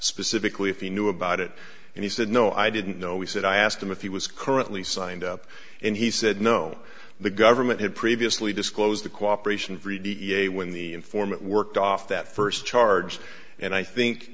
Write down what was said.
specifically if he knew about it and he said no i didn't know he said i asked him if he was currently signed up and he said no the government had previously disclosed the cooperation free d n a when the informant worked off that first charge and i think